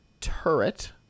Turret